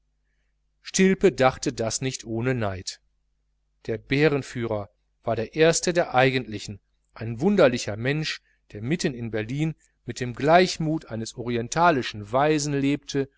stilpe dachte das nicht ohne neid der bärenführer war der erste der eigentlichen ein wunderlicher mensch der mitten in berlin mit dem gleichmut eines orientalischen weisen lebte